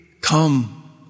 Come